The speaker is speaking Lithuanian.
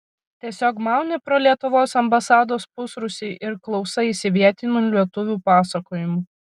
tiesiog mauni pro lietuvos ambasados pusrūsį ir klausaisi vietinių lietuvių pasakojimų